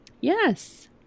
Yes